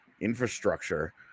infrastructure